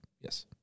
Yes